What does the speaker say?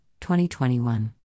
2021